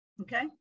Okay